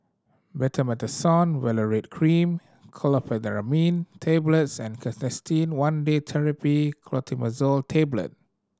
Betamethasone Valerate Cream Chlorpheniramine Tablets and Canesten One Day Therapy Clotrimazole Tablet